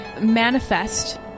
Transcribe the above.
manifest